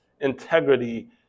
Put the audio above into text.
integrity